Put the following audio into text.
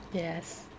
yes